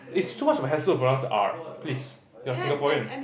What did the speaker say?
it's so much of a hassle to pronounce R please you're Singaporean